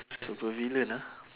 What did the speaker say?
supervillain ah